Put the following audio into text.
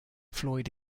floyd